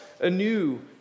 anew